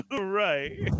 Right